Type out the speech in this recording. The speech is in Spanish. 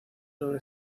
sobre